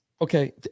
Okay